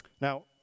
Now